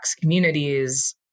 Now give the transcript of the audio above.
communities